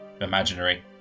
imaginary